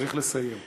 צריך לסיים.